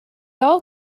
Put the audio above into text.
all